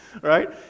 right